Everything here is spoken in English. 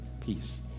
peace